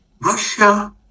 Russia